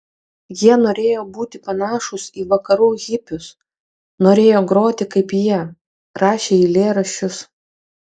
jie norėjo būti panašūs į vakarų hipius norėjo groti kaip jie rašė eilėraščius